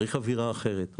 צריך אווירה אחרת,